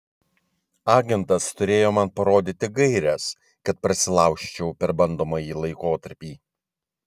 agentas turėjo man parodyti gaires kad prasilaužčiau per bandomąjį laikotarpį